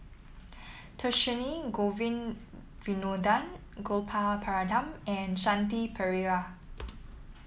Dhershini Govin Winodan Gopal Baratham and Shanti Pereira